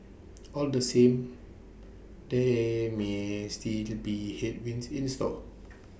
all the same there may still to be headwinds in the store